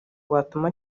watuma